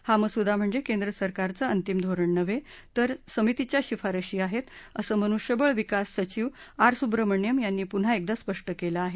हा मसुदा म्हणजे केंद्रसरकारचं अंतिम धोरण नव्हे तर समितीच्या शिफारशी आहेत असं मनुष्यबळ विकास सचिव आर सुब्रमण्यम् यांनी पुन्हा एकदा स्पष्ट केलं आहे